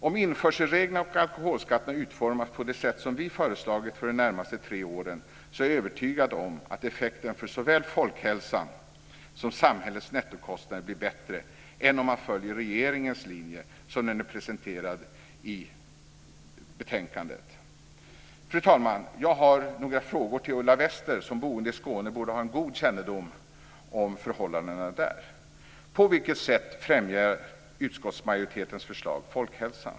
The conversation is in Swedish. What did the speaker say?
Om införselreglerna och alkoholskatterna utformas på det sätt som vi föreslagit för de närmaste tre åren är jag övertygad om att effekterna för såväl folkhälsan som samhällets nettokostnader blir bättre än om man följer regeringens linje som den är presenterad i betänkandet. Fru talman! Jag har några frågor till Ulla Wester som, som boende i Skåne, borde ha en god kännedom om förhållandena där. På vilket sätt främjar utskottsmajoritetens förslag folkhälsan?